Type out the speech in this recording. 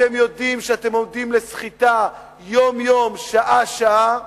אתם יודעים שאתם עומדים לסחיטה יום-יום, שעה-שעה,